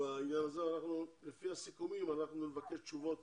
בנושא הזה ונבקש תשובות